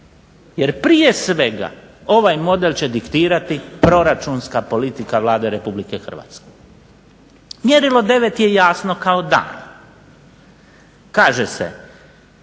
Jer prije svega ovaj model će diktirati proračunska politika Vlada Republike Hrvatske. Mjerilo 9 je jasno kao dan, kaže se